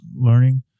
learning